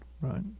Right